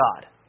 God